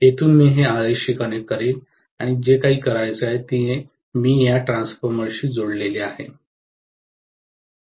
येथून मी हे RS शी कनेक्ट करेन आणि जे काही करायचे आहे ते मी या ट्रान्सफॉर्मरशी जोडले आहे